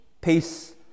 peace